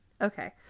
Okay